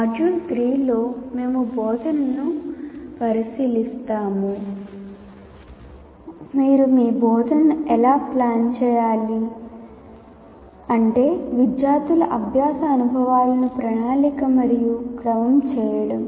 module 3 లో మేము బోధనను పరిశీలిస్తాము మీరు మీ బోధనను ఎలా ప్లాన్ చేయాలి అంటే విద్యార్థుల అభ్యాస అనుభవాలను ప్రణాళిక మరియు క్రమం చేయడం